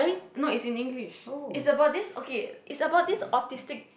no it's in english it's about this okay it's about this autistic